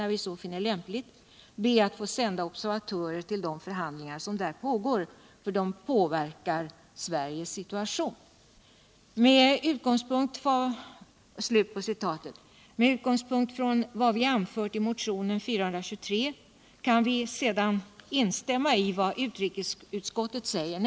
när vi så finner lämpligt. be att få sända observatörer till de förhandlingar som där pågår. för de påverkar Sveriges situation.” Med utgångspunkt I vad vi har anfört i motionen 423 kan vi sedan instämma i vad utrikesutskottet säger.